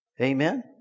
Amen